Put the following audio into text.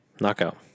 knockout